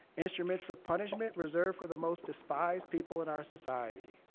instruments of punishment reserved for the most despised people in our society.